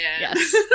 Yes